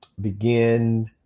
begin